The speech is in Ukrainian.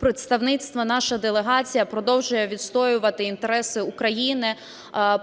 представництво, наша делегація, продовжує відстоювати інтереси України,